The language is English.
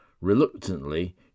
Reluctantly